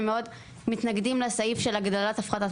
הם מאוד מתנגדים לסעיף של הגדלת הפחתת